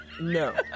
No